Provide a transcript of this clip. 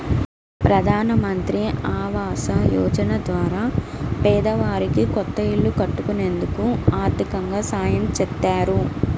ప్రధానమంత్రి ఆవాస యోజన ద్వారా పేదవారికి కొత్త ఇల్లు కట్టుకునేందుకు ఆర్దికంగా సాయం చేత్తారు